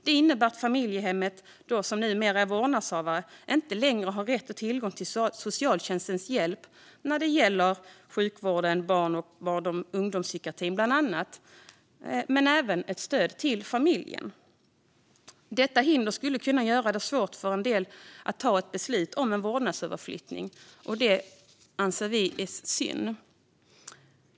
Det innebär att familjehemmet, som då blir vårdnadshavare, inte längre har rätt och tillgång till socialtjänstens hjälp när det gäller bland annat sjukvård eller barn och ungdomspsykiatrin och inte heller när det gäller stöd till familjen. Detta hinder skulle kunna göra det svårt för en del att ta ett beslut om en vårdnadsöverflyttning. Det anser vi är synd.